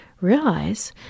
realize